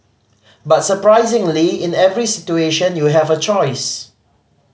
but surprisingly in every situation you have a choice